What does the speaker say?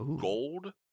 gold